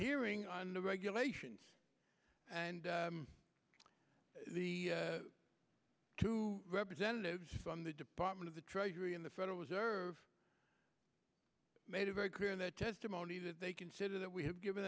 hearing on the regulations and the two representatives from the department of the treasury and the federal reserve made a very clear in their testimony that they consider that we have given